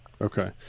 Okay